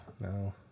no